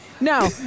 No